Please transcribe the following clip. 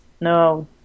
no